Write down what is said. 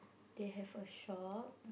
they have a shop